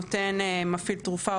נותן מפעיל תרופה,